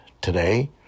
today